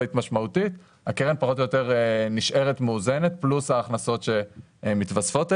הקרן פחות או יותר נשארת מאוזנת פלוס ההכנסות שמתווספות אליה.